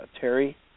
Terry